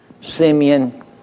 Simeon